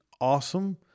awesome